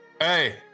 Hey